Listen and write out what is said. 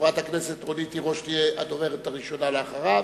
חברת הכנסת רונית תירוש תהיה הדוברת הראשונה לאחריו.